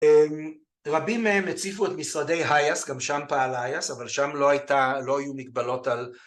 רבים מהם הציפו את משרדי היאס, גם שם פעל היאס, אבל שם לא היו מגבלות על